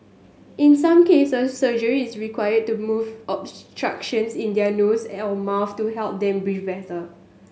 in some cases surgery is required to move obstructions in their nose mouth to help them breathe better